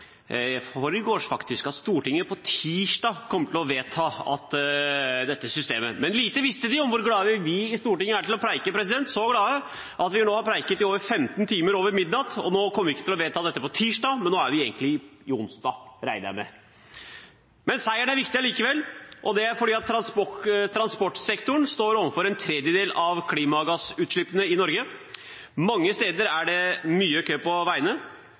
forgårs at Stortinget på tirsdag kom til å vedta dette systemet. Lite visste de om hvor glad vi i Stortinget er til å prate – så glad i å prate at vi nå har pratet i over 15 timer, over midnatt. Nå kommer vi ikke til å vedta dette på tirsdag, regner jeg med, for nå er det egentlig onsdag. Men seieren er viktig likevel, og det er fordi transportsektoren står for en tredjedel av klimagassutslippene i Norge. Mange steder er det mye kø på veiene.